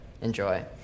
Enjoy